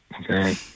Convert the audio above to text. Okay